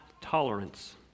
Tolerance